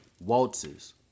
waltzes